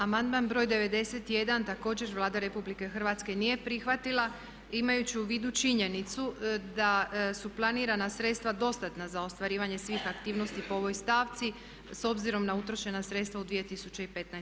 Amandman br. 91. također Vlada RH nije prihvatila imajući u vidu činjenicu da su planirana sredstva dostatna za ostvarivanje svih aktivnosti po ovoj stavci s obzirom na utrošena sredstva u 2015. godini.